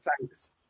Thanks